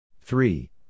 Three